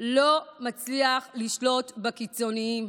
לא מצליח לשלוט בקיצוניים.